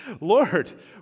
Lord